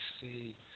see